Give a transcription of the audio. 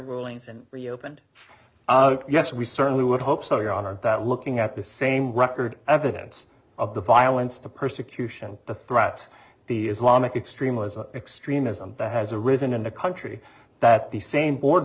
rulings and reopened yes we certainly would hope so your honor that looking at the same record evidence of the violence the persecution the threats the islamic extremism extremism that has arisen in the country that the same board